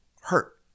hurt